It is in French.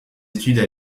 études